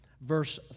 verse